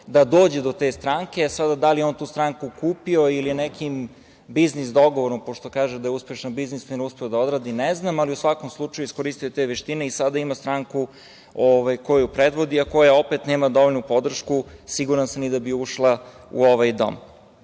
da dođe do te stranke. E, sada, da li je on tu stranku kupio ili nekim biznis dogovorom, pošto kaže da je uspešan biznismen, uspeo da odradi, ne znam, ali u svakom slučaju, iskoristio je te veštine i sada ima stranku koju predvodi, a koja opet nema dovoljnu podršku, siguran sam, ni da bi ušla u ovaj dom.